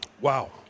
Wow